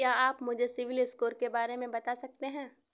क्या आप मुझे सिबिल स्कोर के बारे में बता सकते हैं?